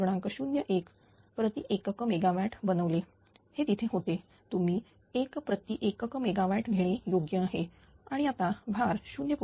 01 प्रति एक क मेगावॅट बनवले हे तिथे होते तुम्ही 1 प्रति एक क मेगावॅट घेणे योग्य आहे आणि आता भार 0